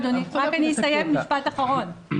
אתם